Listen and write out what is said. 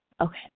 okay